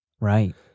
Right